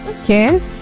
okay